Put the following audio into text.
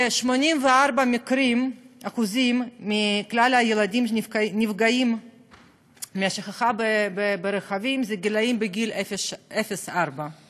ו-84% מכלל הילדים הנפגעים מהשכחה ברכבים זה ילדים בגיל אפס עד ארבע.